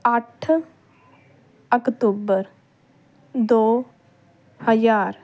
ਅੱਠ ਅਕਤੂਬਰ ਦੋ ਹਜ਼ਾਰ